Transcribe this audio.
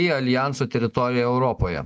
į alijanso teritoriją europoje